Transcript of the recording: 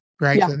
right